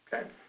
okay